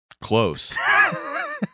Close